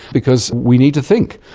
because we need to think.